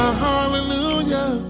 hallelujah